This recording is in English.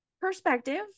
perspective